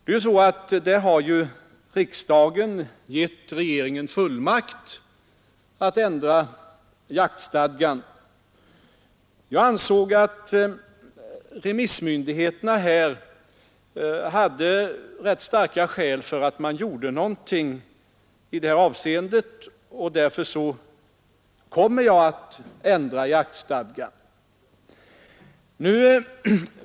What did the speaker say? Riksdagen har givit regeringen fullmakt att ändra denna. Jag ansåg att remissmyndigheterna hade rätt starka skäl för att man gjorde något i det här avseendet. Därför kommer jag också att ändra jaktstadgan.